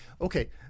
Okay